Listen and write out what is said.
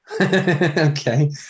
Okay